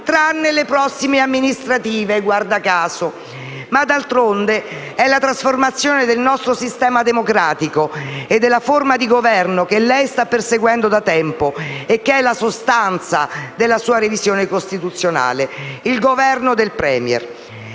tranne le prossime amministrative, guarda caso. Ma, d'altronde, è la trasformazione del nostro sistema democratico e della forma di Governo che lei sta perseguendo da tempo e che è la sostanza della sua revisione costituzionale: il Governo del *Premier*.